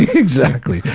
exactly.